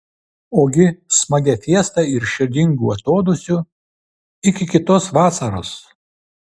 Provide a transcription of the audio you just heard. ogi smagia fiesta ir širdingu atodūsiu iki kitos vasaros